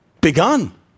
begun